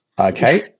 Okay